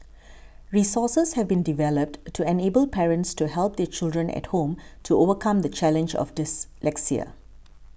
resources have been developed to enable parents to help their children at home to overcome the challenge of dyslexia